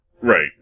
Right